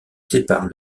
séparent